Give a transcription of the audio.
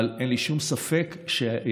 אבל אין לי שום ספק שהמורים,